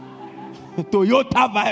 Toyota